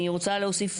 אני רוצה להוסיף,